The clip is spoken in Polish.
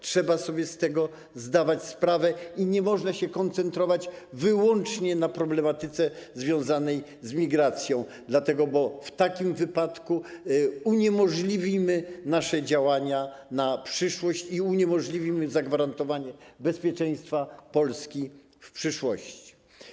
Trzeba sobie z tego zdawać sprawę i nie można się koncentrować wyłącznie na problematyce związanej z migracją, dlatego że w takim wypadku uniemożliwimy sobie działania na przyszłość, uniemożliwimy zagwarantowanie Polsce bezpieczeństwa w przyszłości.